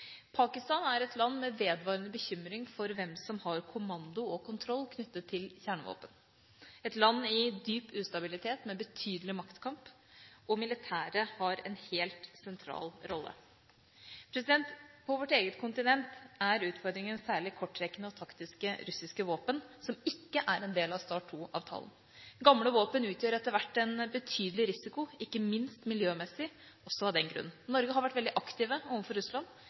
Pakistan er et land med vedvarende bekymring for hvem som har kommando og kontroll knyttet til kjernevåpen. Det er et land i dyp ustabilitet, med betydelig maktkamp, og militæret har en helt sentral rolle. På vårt eget kontinent er utfordringen særlig kortrekkende og taktiske russiske våpen, som ikke er en del av START II-avtalen. Gamle våpen utgjør etter hvert en betydelig risiko, ikke minst miljømessig – også av den grunn. Norge har vært veldig aktiv overfor Russland